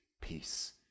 peace